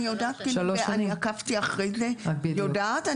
אני עקבתי אחרי זה ואני יודעת,